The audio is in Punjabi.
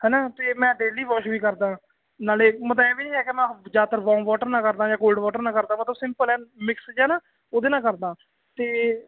ਹਨਾ ਤੇ ਮੈਂ ਡੇਲੀ ਵਾਸ਼ ਵੀ ਕਰਦਾ ਨਾਲੇ ਮਤਲਵ ਐਂ ਵੀ ਨੀ ਹੈਗਾ ਜਿਆਦਾਤਰ ਵੋਮ ਵੋਟਰ ਨਾਲ ਕਰਦਾ ਜਾਂ ਕੋਲਡ ਵੋਟਰ ਨਾਲ ਕਰਦਾ ਬਸ ਸਿੰਪਲ ਮਿਕਸ ਜਿਹਾ ਨਾ ਉਹਦੇ ਨਾਲ ਕਰਦਾ ਤੇ